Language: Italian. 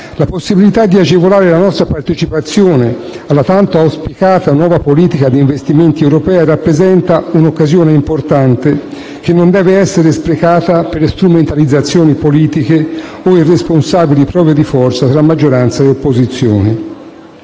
La possibilità di agevolare la nostra partecipazione alla tanto auspicata nuova politica di investimenti europea rappresenta un'occasione importante che non deve essere sprecata per strumentalizzazioni politiche o irresponsabili prove di forza tra maggioranza e opposizioni.